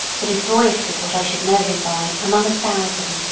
but his voice was what i should know him by among a thousand.